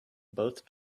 both